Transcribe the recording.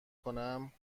کنم